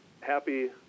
happy